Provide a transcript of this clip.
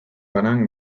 banan